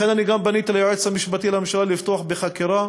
לכן אני גם פניתי ליועץ המשפטי לממשלה לפתוח בחקירה,